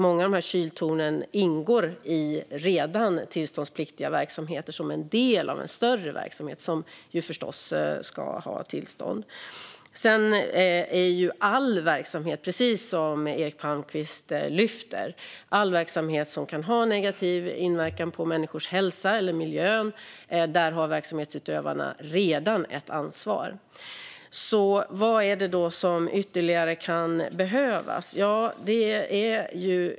Många av dessa kyltorn ingår i redan tillståndspliktiga verksamheter, det vill säga som en del i en större verksamhet som ska ha tillstånd. Sedan har verksamhetsutövarna redan, precis som Eric Palmqvist säger, ett ansvar vid all verksamhet som kan ha negativ inverkan på människors hälsa eller miljön. Vad är det då som ytterligare kan behövas?